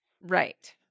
Right